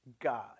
God